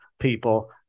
people